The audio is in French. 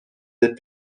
des